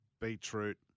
beetroot